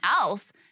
else